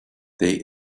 they